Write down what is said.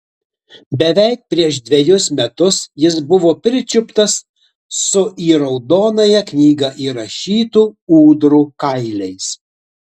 beveik prieš dvejus metus jis buvo pričiuptas su į raudonąją knygą įrašytų ūdrų kailiais